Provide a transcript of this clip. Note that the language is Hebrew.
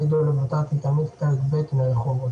אני תלמיד כיתה י"ב מרחובות,